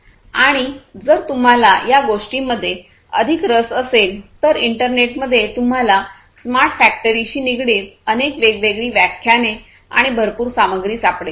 आणि जर तुम्हाला या गोष्टींमध्ये अधिक रस असेल तर इंटरनेटमध्ये तुम्हाला स्मार्ट फॅक्टरीशि निगडित अनेक वेगवेगळी व्याख्याने आणि भरपूर सामग्री सापडेल